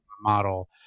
model